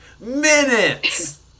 Minutes